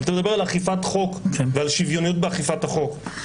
אם אתה מדבר על אכיפת חוק ושוויוניות באכיפת חוק,